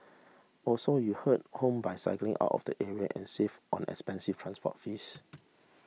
also you head home by cycling out of the area and save on expensive transport fees